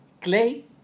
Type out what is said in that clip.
clay